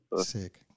Sick